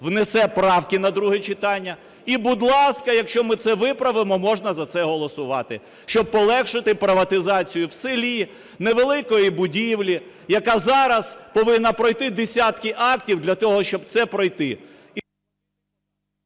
внесе правки на друге читання. І, будь ласка, якщо ми це виправимо, можна за це голосувати, щоб полегшити приватизацію в селі невеликої будівлі, яка зараз повинна пройти десятки актів для того, щоб це пройти.